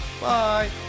bye